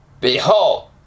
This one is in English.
Behold